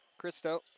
Christo